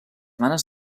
nanes